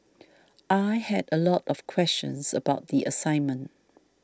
I had a lot of questions about the assignment